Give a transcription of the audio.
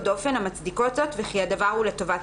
דופן המצדיקות זאת וכי הדבר הוא לטובת